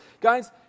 Guys